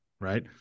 Right